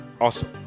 awesome